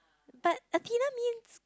but Athena means